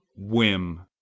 whim.